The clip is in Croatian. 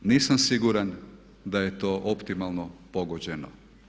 Nisam siguran da je to optimalno pogođeno.